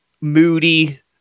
moody